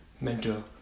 mentor